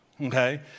okay